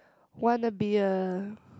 wanna be a